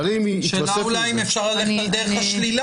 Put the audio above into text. אבל אם התווסף לזה --- השאלה אם אפשר לומר את זה בדרך השלילה.